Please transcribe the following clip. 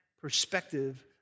perspective